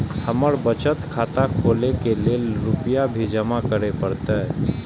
हमर बचत खाता खोले के लेल रूपया भी जमा करे परते?